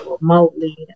remotely